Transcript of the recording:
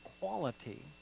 quality